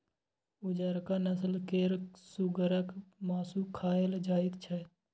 उजरका नस्ल केर सुगरक मासु खाएल जाइत छै